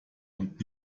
und